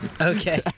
Okay